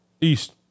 East